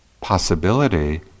possibility